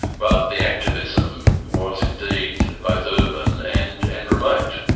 but the activism was indeed both urban and and remote.